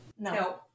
No